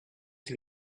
die